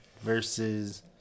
versus